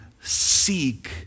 seek